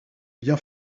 bien